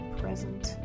present